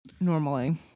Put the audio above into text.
normally